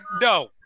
No